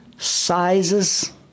sizes